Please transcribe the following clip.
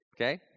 Okay